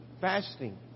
Fasting